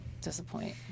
disappoint